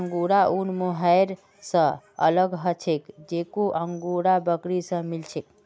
angora ऊन mohair स अलग ह छेक जेको अंगोरा बकरी स मिल छेक